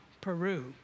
Peru